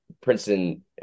Princeton